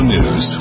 News